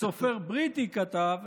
סופר בריטי כתב,